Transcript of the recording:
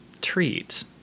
Treat